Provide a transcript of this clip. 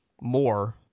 more